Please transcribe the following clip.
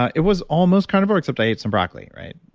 it was almost carnivore, except i ate some broccoli, right?